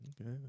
Okay